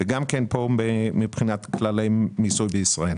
וגם כאן מבחינת כללי מיסוי בישראל.